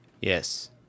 Yes